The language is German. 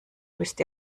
müsst